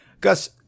Gus